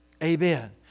Amen